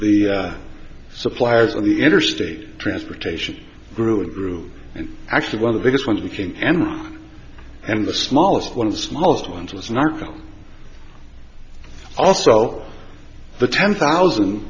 the suppliers of the interstate transportation grew and grew and actually when the biggest one the king and the smallest one of the smallest ones was an article also the ten thousand